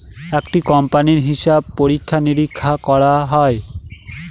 একটা কোম্পানির হিসাব পরীক্ষা নিরীক্ষা করা হয়